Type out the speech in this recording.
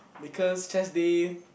because chest day